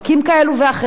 ובסוף,